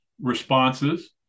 responses